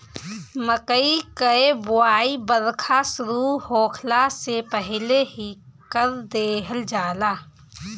मकई कअ बोआई बरखा शुरू होखला से पहिले ही कर देहल जाला